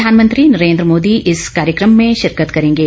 प्रधानमंत्री नरेंद्र मोदी इस कार्यक्रम में शिरकत करेंगे